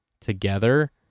together